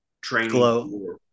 training